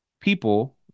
people